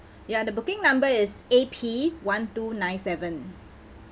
ya the booking number is A P one two nine seven